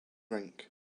rink